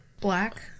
Black